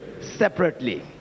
separately